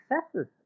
successes